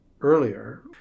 earlier